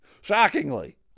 Shockingly